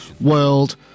world